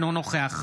אינו נוכח